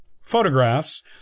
photographs